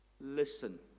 listen